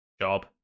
job